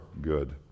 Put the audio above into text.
good